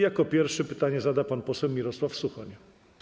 Jako pierwszy pytanie zada pan poseł Mirosław Suchoń.